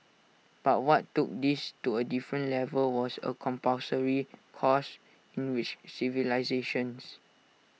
but what took this to A different level was A compulsory course in which civilisations